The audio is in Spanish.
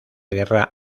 guerra